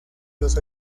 los